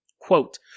Quote